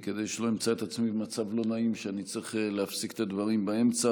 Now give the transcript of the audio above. כדי שלא אמצא את עצמי במצב לא נעים שאני צריך להפסיק את הדברים באמצע.